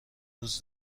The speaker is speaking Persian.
روز